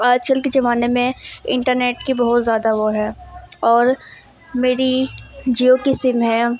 آج کل کے زمانے میں انٹرنیٹ کی بہت زیادہ وہ ہے اور میری جیو کی سم ہے